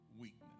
weakness